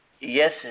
Yes